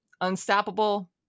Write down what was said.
unstoppable